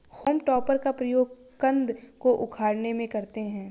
home टॉपर का प्रयोग कन्द को उखाड़ने में करते हैं